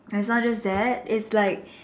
is not just that it's like